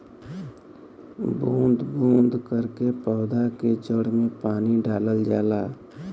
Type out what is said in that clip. बूंद बूंद करके पौधा के जड़ में पानी डालल जाला